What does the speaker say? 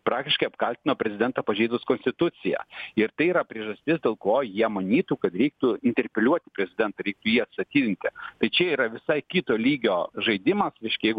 praktiškai apkaltino prezidentą pažeidus konstituciją ir tai yra priežastis dėl ko jie manytų kad reiktų interpeliuoti prezidentą reiktų jį atstatydinti tai čia yra visai kito lygio žaidimas reiškia jeigu